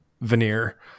veneer